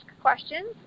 questions